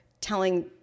telling